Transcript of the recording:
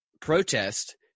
protest